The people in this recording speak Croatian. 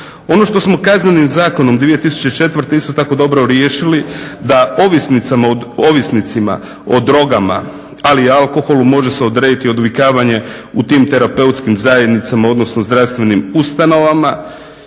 Ono što samo Kaznenim zakonom 2004. isto tako dobro riješili, da ovisnicima o drogama ali i alkoholu može se odrediti odvikavanje u tim terapeutskim zajednicama, odnosno zdravstvenim ustanovama.